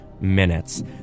minutes